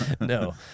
No